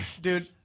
Dude